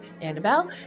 Annabelle